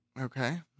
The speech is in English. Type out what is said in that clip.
Okay